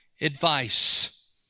advice